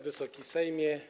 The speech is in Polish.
Wysoki Sejmie!